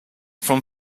from